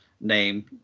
name